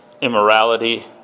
immorality